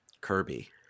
Kirby